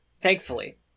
Thankfully